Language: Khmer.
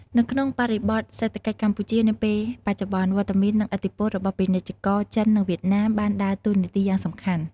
នៅក្នុងបរិបទសេដ្ឋកិច្ចកម្ពុជានាពេលបច្ចុប្បន្ន វត្តមាននិងឥទ្ធិពលរបស់ពាណិជ្ជករចិននិងវៀតណាមបានដើរតួនាទីយ៉ាងសំខាន់។